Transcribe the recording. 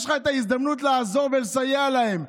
יש לך את ההזדמנות לעזור ולסייע להם.